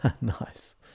Nice